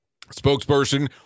Spokesperson